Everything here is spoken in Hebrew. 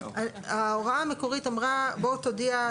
ההוראה המקורית אמרה שבוא תודיע,